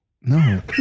No